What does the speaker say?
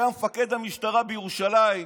שהיה מפקד המשטרה בירושלים,